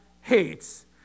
hates